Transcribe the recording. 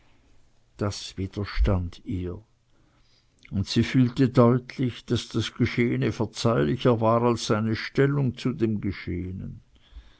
das widerstand ihr und sie fühlte deutlich daß das geschehene verzeihlicher war als seine stellung zu dem geschehenen